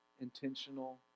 intentional